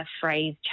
phrase